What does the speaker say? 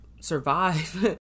survive